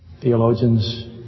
Theologians